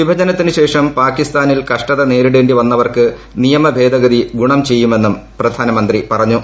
വിഭജനത്തിനു ശേഷം പാകിസ്ഥാനിൽ കഷ്ടത നേരിടേണ്ടി വന്നവർക്ക് നിയമ ഭേദഗതി ഗുണം ചെയ്യുമെന്നും പ്രധാനമന്ത്രി പറഞ്ഞു